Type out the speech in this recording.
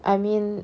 I mean